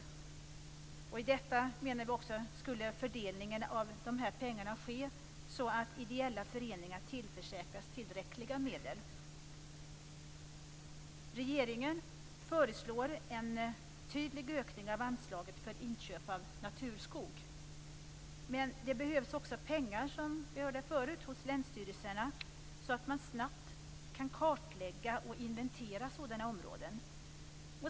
Dessutom skulle fördelningen av dessa pengar ske så att ideella föreningar tillförsäkras tillräckliga medel. Regeringen föreslår en tydlig ökning av anslaget för inköp av naturskog. Men det behövs också pengar hos länsstyrelserna, så att man snabbt kan kartlägga och inventera sådana områden.